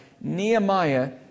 Nehemiah